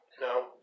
no